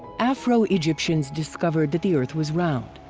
afro-egyptians discovered that the earth was round,